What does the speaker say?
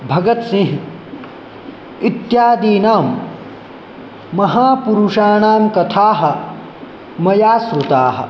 भगत्सिंहः इत्यादीनां महापुरुषाणां कथाः मया श्रुताः